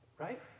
Right